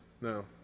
No